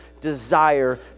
desire